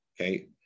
Okay